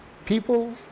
People